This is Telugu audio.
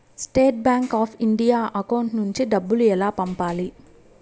State bank of India account నుంచి డబ్బులు ఎలా పంపాలి?